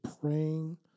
praying